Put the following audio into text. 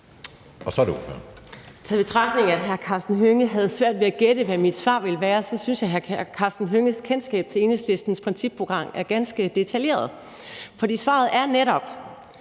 Så er det ordføreren.